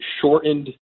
shortened